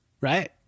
right